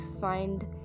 find